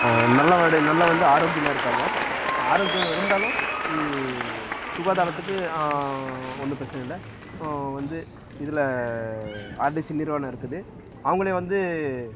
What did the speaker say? நல்ல வடி நல்லா வந்து ஆரோக்கியமாக இருக்காங்கள் ஆரோக்கியம் இருந்தாலும் சுகாதாரத்துக்கு ஒன்றும் பிரச்சனை இல்லை வந்து இதில் ஆர்டிசி நிறுவனம் இருக்குது அவங்களே வந்து